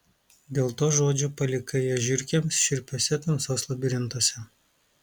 dėl to žodžio palikai ją žiurkėms šiurpiuose tamsos labirintuose